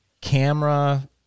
camera